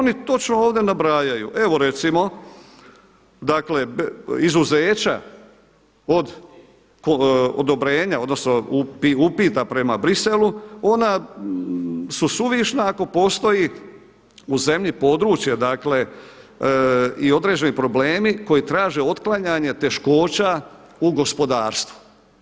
Oni točno ovdje nabrajaju, evo recimo, dakle izuzeća od odobrenja, odnosno upita prema Briselu, ona su suvišna ako postoji u zemlji područja dakle i određeni problemi koji traže otklanjanje teškoća u gospodarstvu.